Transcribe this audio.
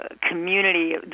community